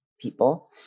people